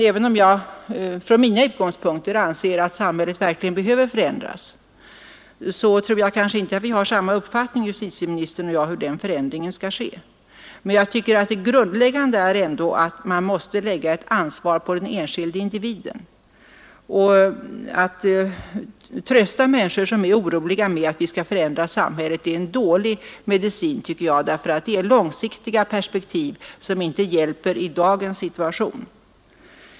Även om jag från mina utgångspunkter anser att samhället verkligen behöver förändras, så tror jag inte att justitieministern och jag har samma att nedbringa brottsligheten uppfattning om hur den förändringen skall ske. Men det grundläggande är ändå att man måste lägga ett ansvar på den enskilda individen. Och att trösta människor som är oroliga med att vi skall förändra samhället, det tycker jag är en dålig medicin, därför att det är långsiktiga perspektiv som inte hjälper i dagens situation.